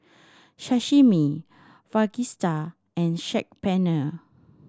Sashimi Fajitas and Saag Paneer